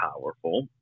powerful